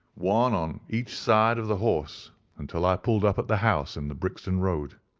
one on each side of the horse until i pulled up at the house in the brixton road.